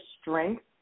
strength